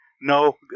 No